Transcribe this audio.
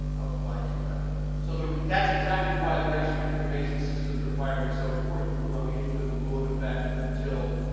ah outflank you that way? so, the that's exactly why the registered information system requirement is so important, why we didn't put the rule in effect until,